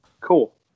Cool